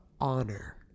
honor